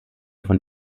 von